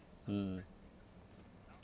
mm